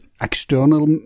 external